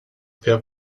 per